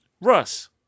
Russ